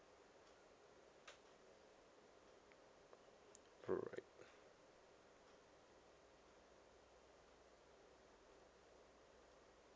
alright